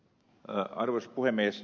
arvoisa puhemies